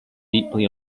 deeply